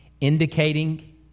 indicating